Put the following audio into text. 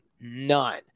None